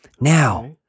Now-